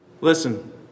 Listen